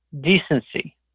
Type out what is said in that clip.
decency